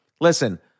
listen